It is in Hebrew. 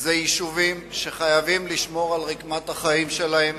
הם יישובים שחייבים לשמור על רקמת החיים שלהם,